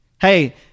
Hey